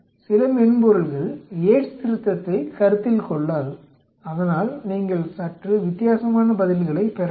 சில மென்பொருள்கள் யேட்ஸ் திருத்தத்தைக் கருத்தில் கொள்ளாது அதனால் நீங்கள் சற்று வித்தியாசமான பதில்களைப் பெறலாம்